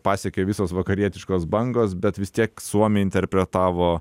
pasiekė visos vakarietiškos bangos bet vis tiek suomiai interpretavo